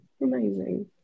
amazing